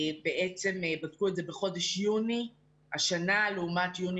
בדקו את זה בחודש יוני השנה לעומת יוני